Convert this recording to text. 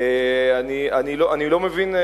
אני לא מבין,